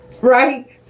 right